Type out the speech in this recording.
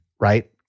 Right